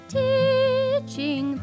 teaching